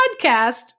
podcast